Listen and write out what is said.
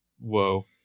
Whoa